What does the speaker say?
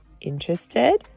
Interested